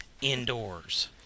indoors